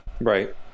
right